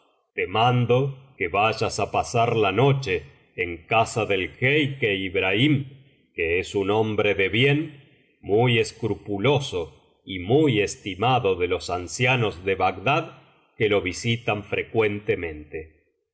te mando que vayas á pasar la noche en casa del jeique ibrahim que es un hombre de bien muy escrupuloso y muy estimado de los ancianos de bagdad que lo visitan frecuentemente ya